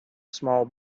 small